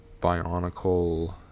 Bionicle